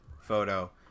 photo